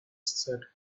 said